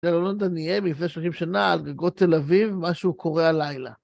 אלונה דניאל לפני 30 שנה "על גגות תל אביב, משהו קורה הלילה".